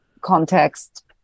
context